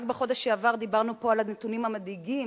רק בחודש שעבר דיברנו פה על הנתונים המדאיגים